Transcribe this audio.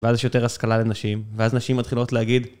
ואז יש יותר השכלה לנשים, ואז נשים מתחילות להגיד...